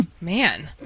Man